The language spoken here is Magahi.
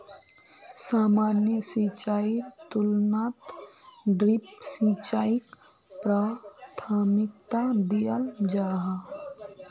सामान्य सिंचाईर तुलनात ड्रिप सिंचाईक प्राथमिकता दियाल जाहा